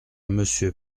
monsieur